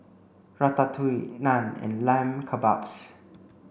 Ratatouille Naan and Lamb Kebabs